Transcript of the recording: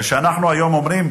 וכשאנחנו היום אומרים,